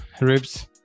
ribs